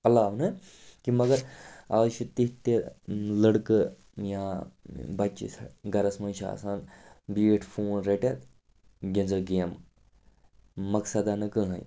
علاوٕ نہٕ کیٚنٛہہ مگر اَز چھِ تِتھۍ تہِ لٔڑکہٕ یا بَچِہ یس گَرَس منٛز چھِ آسان بیٖٹھ فون رٔٹِتھ گِنٛزٕکھ گیمہٕ مقصادا نہٕ کٕہٕنٛۍ